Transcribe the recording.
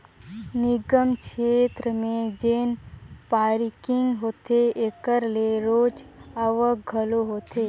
निगम छेत्र में जेन पारकिंग होथे एकर ले रोज आवक घलो होथे